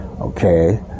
Okay